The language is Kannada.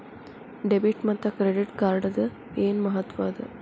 ಡೆಬಿಟ್ ಮತ್ತ ಕ್ರೆಡಿಟ್ ಕಾರ್ಡದ್ ಏನ್ ಮಹತ್ವ ಅದ?